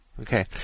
Okay